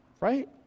right